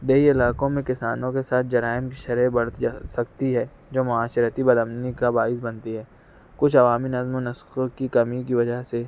دیہی علاقوں میں کسانوں کے ساتھ جرائم کی شرح بڑھ سکتی ہے جو معاشرتی بد امنی کا باعث بنتی ہے کچھ عوامی نظم و نسق کی کمی کی وجہ سے